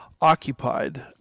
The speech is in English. Occupied